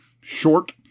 short